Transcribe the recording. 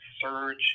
surge